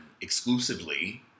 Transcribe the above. exclusively